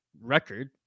record